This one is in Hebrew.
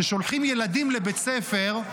ששולחים ילדים לבית ספר,